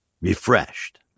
refreshed